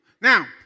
Now